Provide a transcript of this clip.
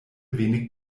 wenig